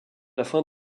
afin